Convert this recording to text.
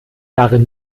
darin